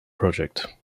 project